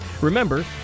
Remember